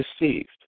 deceived